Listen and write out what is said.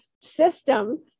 system